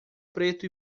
preto